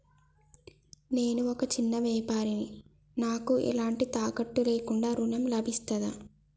నేను ఒక చిన్న వ్యాపారిని నాకు ఎలాంటి తాకట్టు లేకుండా ఋణం లభిస్తదా?